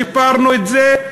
שיפרנו את זה,